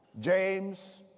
James